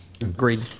Agreed